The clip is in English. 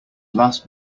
last